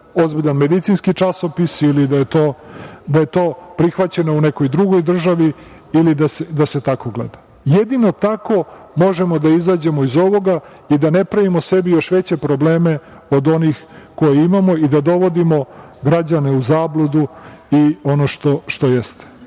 ozbiljan medicinski časopis ili da je to prihvaćeno u nekoj drugoj državi ili da se tako gleda. Jedino tako možemo da izađemo iz ovoga i da ne pravimo sebi još veće probleme od onih koje imamo i da dovodimo građane u zabludu i ono što jeste.